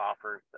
offers